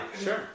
sure